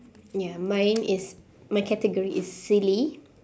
ya mine is my category is silly